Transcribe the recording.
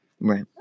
Right